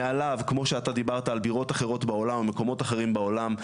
מעליו כמו שאתה דיברת על בירות אחרות בעולם או מקומות אחרים בעולם,